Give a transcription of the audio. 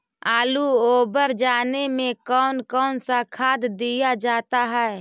आलू ओवर जाने में कौन कौन सा खाद दिया जाता है?